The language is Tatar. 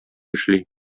эшли